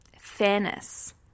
fairness